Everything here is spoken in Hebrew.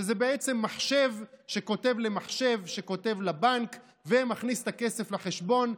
שזה בעצם מחשב שכותב למחשב שכותב לבנק ומכניס את הכסף לחשבון.